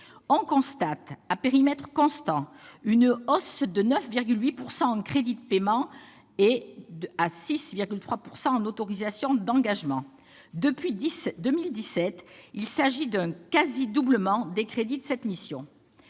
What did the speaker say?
On constate, à périmètre constant, une hausse de 9,8 % en crédits de paiement et de 6,3 % en autorisations d'engagement. Depuis 2017, il s'agit d'un quasi-doublement des crédits de cette mission.